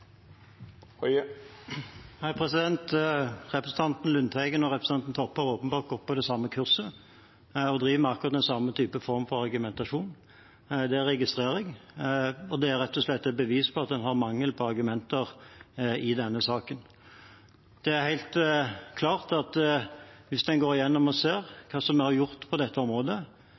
Representanten Lundteigen og representanten Toppe har åpenbart gått på det samme kurset og driver med akkurat den samme formen for argumentasjon. Det registrerer jeg, og det er rett og slett et bevis på at man har mangel på argumenter i denne saken. Det er helt klart at hvis en går gjennom og ser på hva som er gjort på dette området,